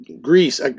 Greece